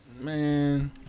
man